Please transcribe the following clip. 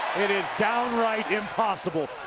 it is down right impossible.